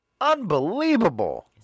Unbelievable